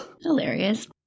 Hilarious